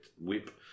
whip